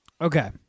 Okay